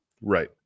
right